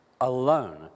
alone